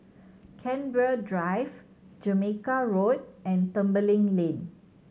Canberra Drive Jamaica Road and Tembeling Lane